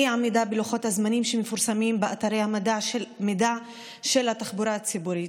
אי-עמידה בלוחות הזמנים שמפורסמים באתרי המידע של התחבורה ציבורית.